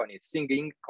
singing